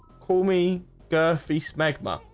call me goofy smegma